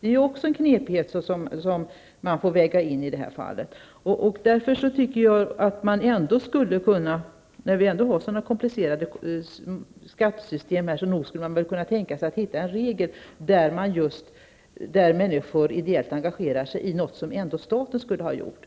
Det är också en knepighet som måste vägas in. Jag tycker att när skattesystemet ändå är så komplicerat, skulle man nog kunna tänka sig att finna en regel där människor ideellt kan engageras sig i något som staten ändå skulle ha gjort.